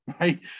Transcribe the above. right